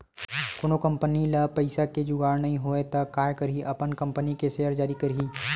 कोनो कंपनी ल पइसा के जुगाड़ नइ होवय त काय करही अपन कंपनी के सेयर जारी करही